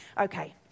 okay